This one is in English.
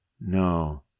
no